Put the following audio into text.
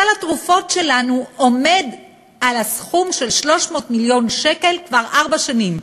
סל התרופות שלנו עומד על הסכום של 300 מיליון שקל כבר ארבע שנים,